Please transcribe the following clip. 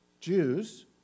Jews